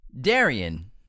Darian